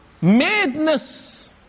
madness